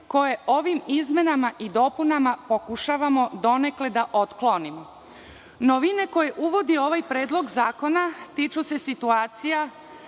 koje ovim izmenama i dopunama pokušavamo donekle da otklonimo. Novine koje uvodi ovaj predlog zakona tiču se situacija